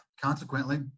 consequently